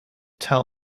tell